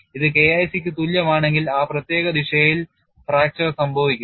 ഇത് K IC ക്ക് തുല്യമാണെങ്കിൽ ആ പ്രത്യേക ദിശയിൽ ഒടിവ് സംഭവിക്കും